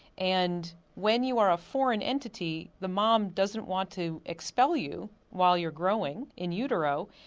and when you are a foreign entity the mom doesn't want to expel you while you're growing in utero,